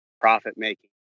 profit-making